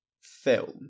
film